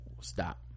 stop